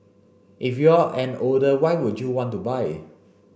if you're an older why would you want to buy